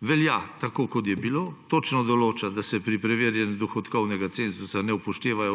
Velja, tako kot je bilo, točno določa, da se pri preverjanju dohodkovnega cenzusa ne upoštevajo